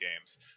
games